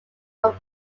from